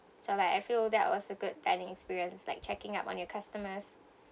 so like I feel that was a good dining experience like checking up on your customers